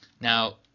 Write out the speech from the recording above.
Now